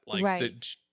Right